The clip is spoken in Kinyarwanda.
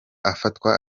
afatwa